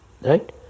Right